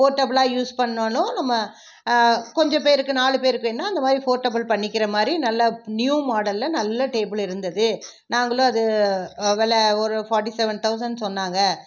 போர்ட்டபுளாக நம்ம யூஸ் பண்ணிணாலும் நம்ம கொஞ்சம் பேருக்கு நாலு பேருக்கு வேண்ணால் அந்த மாதிரி போர்ட்டபிள் பண்ணிக்கிற மாதிரி நல்லா நியூ மாடலாக நல்ல டேபிள் இருந்தது நாங்களும் அது விலை ஒரு ஃபாட்டி செவென் தௌசண்ட் சொன்னாங்க